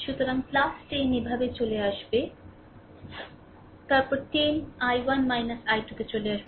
সুতরাং 10 এভাবে চলে আসবে তারপরে 10 I1 I2 তে চলে আসবে